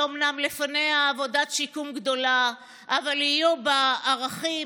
שאומנם לפניה עבודת שיקום גדולה אבל יהיו בה ערכים,